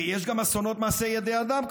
ויש גם אסונות מעשי ידי אדם,